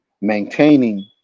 maintaining